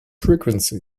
frequency